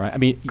i mean,